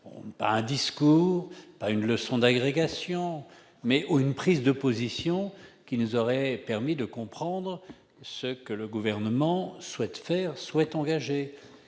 pas un discours ni une leçon d'agrégation, mais une prise de position qui nous aurait permis de comprendre ce que le Gouvernement souhaite engager